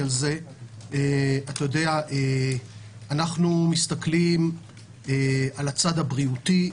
אנחנו מסתכלים על הצד הבריאותי,